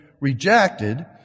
rejected